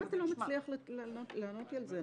למה אתה לא מצליח לענות לי על זה.